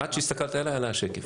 אלה יעדי אדם.